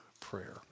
prayer